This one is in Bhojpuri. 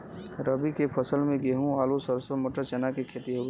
रबी के फसल में गेंहू, आलू, सरसों, मटर, चना के खेती हउवे